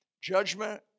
Judgment